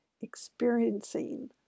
experiencing